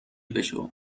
بشو